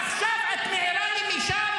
בפניך ----- ועכשיו את מעירה לי משם